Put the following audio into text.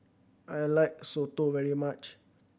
I like soto very much